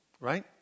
right